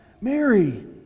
Mary